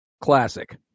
classic